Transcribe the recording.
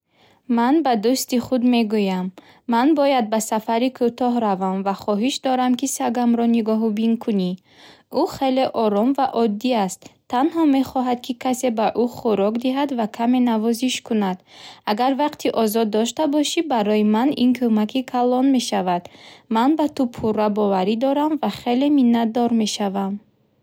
Ман ба дӯсти худ мегӯям: “Ман бояд ба сафари кӯтоҳ равам ва хоҳиш дорам, ки сагамро нигоҳубин кунӣ.” Ӯ хеле ором ва оддӣ аст, танҳо мехоҳад, ки касе ба ӯ хӯрок диҳад ва каме навозиш кунад. Агар вақти озод дошта бошӣ, барои ман ин кӯмаки калон мешавад. Ман ба ту пурра бовар дорам ва хеле миннатдор мешавам.